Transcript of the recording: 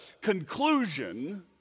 conclusion